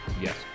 Yes